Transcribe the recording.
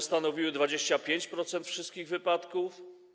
Stanowiły one 25% wszystkich wypadków.